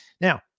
Now